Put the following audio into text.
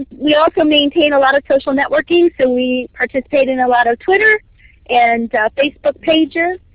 we also maintain a lot of social networking, so we participate in a lot of twitter and facebook pages.